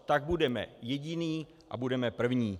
Tak budeme jediní a budeme první.